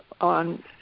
on